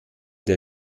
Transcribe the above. der